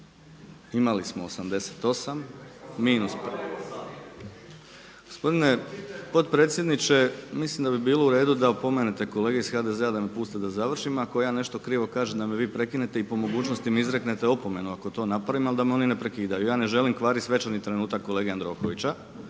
se ne čuje./… Gospodine potpredsjedniče, mislim da bi bilo u redu da opomenete kolege iz HDZ-a da me puste da završim, ako ja nešto krivo kažem da me vi prekinete i po mogućnosti mi izreknete opomenu ako to napravim ali da me oni ne prekidaju, ja ne želim kvariti svečani trenutak kolege Jandrokovića